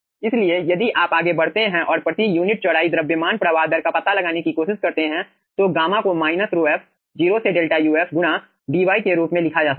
इसलिए यदि आप आगे बढ़ते हैं और प्रति यूनिट चौड़ाई द्रव्यमान प्रवाह दर का पता लगाने की कोशिश करते हैं तो गामा को माइनस ρf 0 से डेल्टा uf गुणा dy के रूप में लिखा जा सकता है